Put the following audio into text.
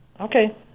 Okay